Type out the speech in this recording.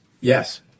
Yes